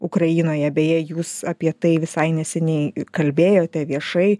ukrainoje beje jūs apie tai visai neseniai kalbėjote viešai